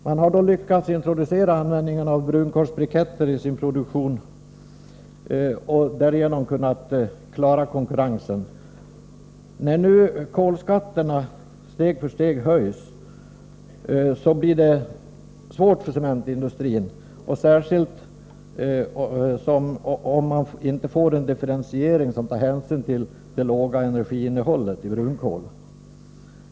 Man har då lyckats introducera användningen av brunkolsbriketter i sin produktion och därigenom kunna klara konkurrensen. När nu kolskatterna steg för steg höjs blir det svårt för cementindustrin, särskilt om man inte får en differentiering som tar hänsyn till det låga energiinnehållet i brunkol.